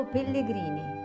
Pellegrini